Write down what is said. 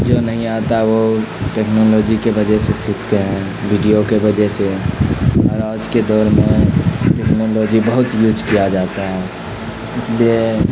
جو نہیں آتا وہ ٹیکنالوجی کے وجہ سے سیکھتے ہیں ویڈیو کے وجہ سے اور آج کے دور میں ٹیکنالوجی بہت یوز کیا جاتا ہے اس لیے